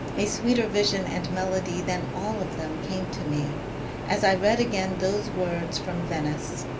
a sweeter vision and melody than all of them came to me as i read again those words from venice.